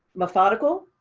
methodical,